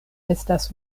estas